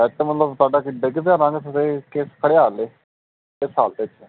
ਅੱਛਾ ਮਤਲਬ ਤੁਹਾਡਾ ਕੀ ਡਿੱਗ ਪਿਆ ਰੰਗ ਥੱਲੇ ਕਿ ਖੜਿਆ ਹਾਲੇ ਅੱਛਾ ਡਿੱਗ ਪਿਆ